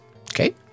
okay